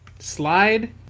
Slide